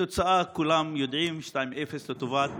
את התוצאה כולם יודעים, 0:2 לטובת